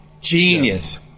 genius